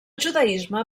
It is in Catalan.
judaisme